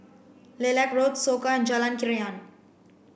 Lilac Road Soka and Jalan Krian